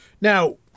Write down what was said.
Now